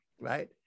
right